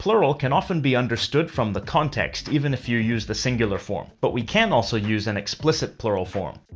plural can often be understood from the context, even if you use the singular form, but we can also use an explicit plural form.